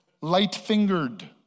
light-fingered